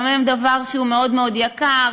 שגם הם דבר שהוא מאוד מאוד יקר,